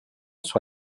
sur